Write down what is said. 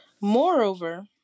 moreover